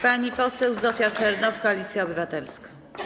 Pani poseł Zofia Czernow, Koalicja Obywatelska.